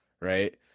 Right